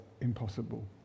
impossible